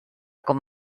com